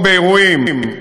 או באירועים,